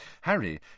Harry